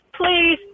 please